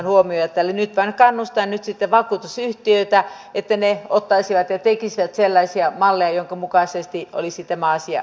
nyt vain kannustan vakuutusyhtiöitä että ne ottaisivat ja tekisivät sellaisia malleja jonka mukaisesti olisi tämä asia huomioitu